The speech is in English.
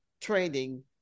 training